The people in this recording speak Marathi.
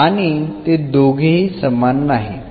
आणि ते दोघेही समान नाहीत